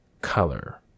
color